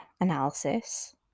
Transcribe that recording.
analysis